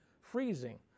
freezing